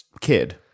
kid